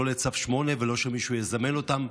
לא לצו 8 ולא שמישהו יזמן אותם,